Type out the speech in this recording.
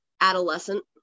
adolescent